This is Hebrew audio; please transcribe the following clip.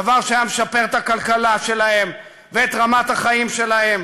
דבר שהיה משפר את הכלכלה שלהם ואת רמת החיים שלהם.